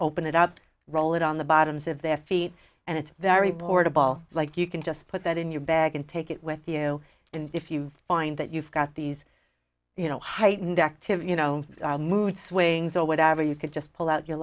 open it up roll it on the bottoms of their feet and it's very board a ball like you can just put that in your bag and take it with you and if you find that you've got these you know heightened activity you know mood swings or whatever you could just pull out your